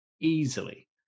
easily